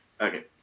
Okay